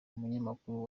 umunyamakuru